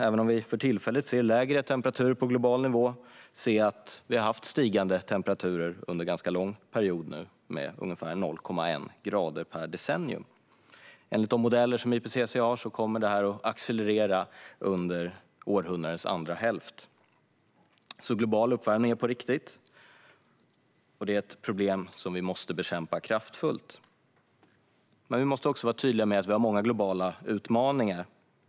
Även om vi för tillfället har lägre temperaturer på global nivå kan vi se att temperaturen har stigit under en ganska lång period, med ungefär 0,1 grad per decennium. Enligt de modeller som IPCC använder sig av kommer detta att accelerera under århundradets andra hälft. Global uppvärmning är på riktigt, och det är ett problem som vi måste bekämpa kraftfullt. Vi måste dock även vara tydliga med att vi har många globala utmaningar.